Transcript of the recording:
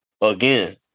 again